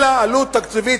אין לה עלות תקציבית,